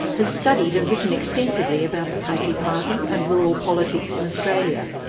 has studied and written extensively about the country party and rural politics in australia.